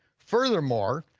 furthermore,